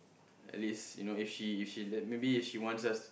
at least you know if she if she let maybe if she wants us